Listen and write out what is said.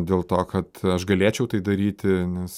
dėl to kad aš galėčiau tai daryti nes